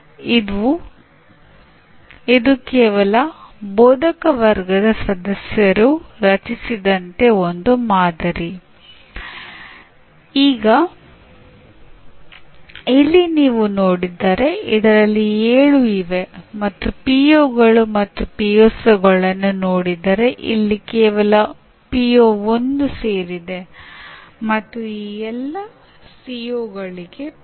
ನೀವು ನಿಮ್ಮ ಜೀವನವನ್ನು ನಡೆಸುತ್ತಿದ್ದರೆ ಬಹುಶಃ ನೀವು ನಿರಂತರವಾಗಿ ಹೊರಗಿನ ಪ್ರಪಂಚದೊಂದಿಗೆ ಸಂವಹನ ನಡೆಸುತ್ತಿರುವಿರಿ ಮತ್ತು ನೀವು ಅದರಿಂದ ಕಲಿಯುತ್ತೀರಿ